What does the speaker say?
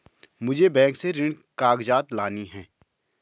मुझे बैंक से ऋण के कागजात लाने हैं